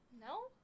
No